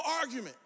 argument